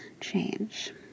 change